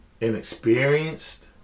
inexperienced